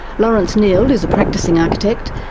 lawrence nield is a practising architect,